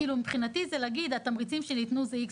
מבחינתי זה כאילו להגיד: התמריצים שניתנו זה X,